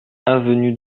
avenue